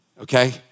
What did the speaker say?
Okay